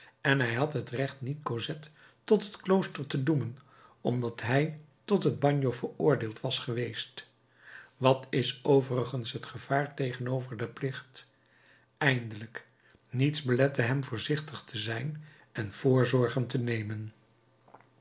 en hij had het recht niet cosette tot het klooster te doemen omdat hij tot het bagno veroordeeld was geweest wat is overigens het gevaar tegenover den plicht eindelijk niets belette hem voorzichtig te zijn en voorzorgen te nemen